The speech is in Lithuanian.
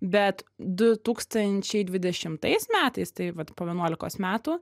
bet du tūkstančiai dvidešimtais metais tai vat po vienuolikos metų